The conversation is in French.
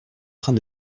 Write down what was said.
train